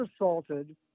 assaulted